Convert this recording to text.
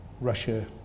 Russia